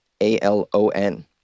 A-L-O-N